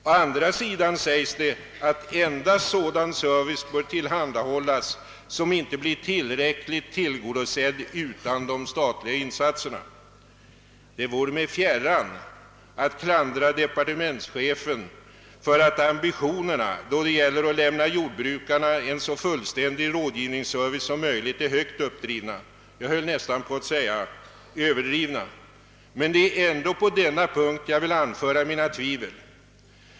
Å andra sidan sägs det att endast sådan service bör tillhandahållas som inte blir tillräckligt tillgodosedd utan de statliga insatserna. Det vare mig fjärran att klandra departementschefen för att ambitionerna då det gäller att lämna jordbrukarna en så fullständig rådgivningsservice som möjligt är för högt uppdrivna, jag höll nästan på att säga överdrivna. Det är emellertid i alla fall på denna punkt jag vill anföra mina tvivelsmål.